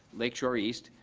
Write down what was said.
lake shore east,